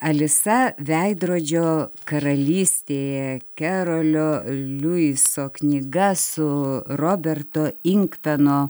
alisa veidrodžio karalystė kerolio liujiso knyga su roberto inktano